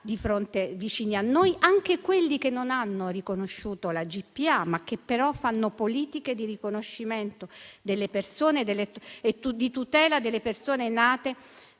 Stati vicini a noi, anche quelli che non hanno riconosciuto la GPA, ma fanno politiche di riconoscimento e di tutela delle persone nate